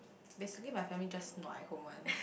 basically my family just nua at home [one]